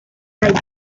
think